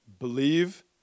Believe